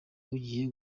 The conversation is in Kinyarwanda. ugiye